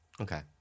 Okay